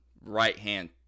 right-hand